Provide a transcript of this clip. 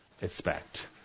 expect